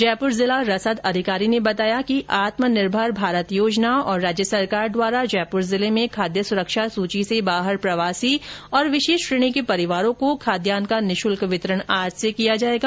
जयपुर जिला रसद अधिकारी ने बताया कि आत्मनिर्भर भारत योजना और राज्य सरकार द्वारा जयपुर जिले में खाद्य सुरक्षा सूची से बाहर प्रवासी और विशेष श्रेणी के परिवारों को खाद्यान्न का निःशुल्क वितरण आज से किया जायेगा